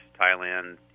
Thailand